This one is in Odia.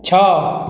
ଛଅ